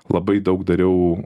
labai daug dariau